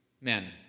men